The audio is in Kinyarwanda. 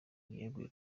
weguye